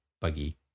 buggy